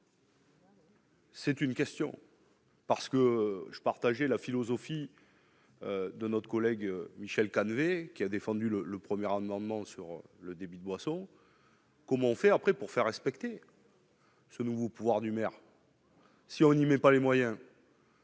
C'est une question. Parce que je partage la philosophie de notre collègue Michel Canevet qui a défendu le le 1er rendement sur le débit de boissons, comment faire après pour faire respecter. Ce nouveau pouvoir du maire. Si on n'y met pas les moyens.